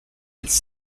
its